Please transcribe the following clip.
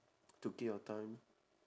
to kill your time